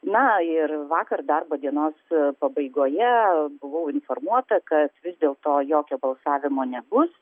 na ir vakar darbo dienos pabaigoje buvau informuota kad vis dėlto jokio balsavimo nebus